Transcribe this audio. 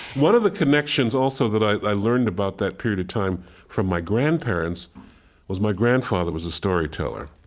one of the connections also that i learned about that period of time from my grandparents was, my grandfather was a storyteller.